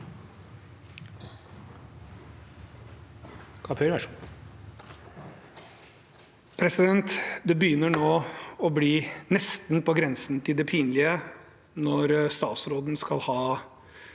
Det begynner å bli nesten på grensen til det pinlige når statsråden skal ha